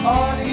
on